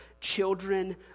children